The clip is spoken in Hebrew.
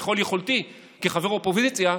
ככל יכולתי כחבר אופוזיציה,